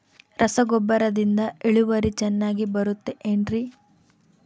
ರಸಗೊಬ್ಬರದಿಂದ ಇಳುವರಿ ಚೆನ್ನಾಗಿ ಬರುತ್ತೆ ಏನ್ರಿ?